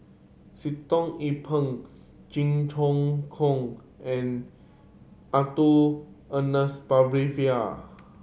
Sitoh Yih Pin Jit Ch'ng Koon and Ernest